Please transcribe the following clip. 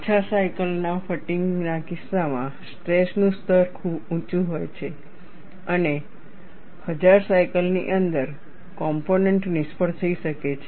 ઓછા સાયકલના ફટીગ ના કિસ્સામાં સ્ટ્રેસ નું સ્તર ખૂબ ઊંચું હોય છે અને 1000 સાયકલની અંદર કોમ્પોનેન્ટ નિષ્ફળ થઈ શકે છે